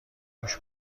گوش